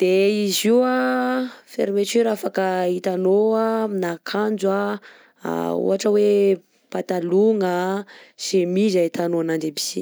de izy io an fermeture afaka hitanao amina akanjo a ohatra hoe patalogna, chemise ahitanao ananjy aby sy.